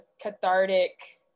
cathartic